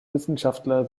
wissenschaftler